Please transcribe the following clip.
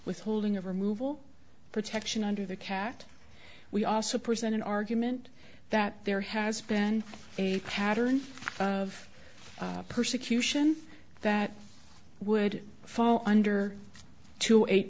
withholding of removal protection under the cat we also present an argument that there has been a pattern of persecution that would fall under two eight